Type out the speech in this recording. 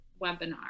webinar